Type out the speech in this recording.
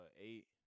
Eight